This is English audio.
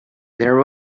there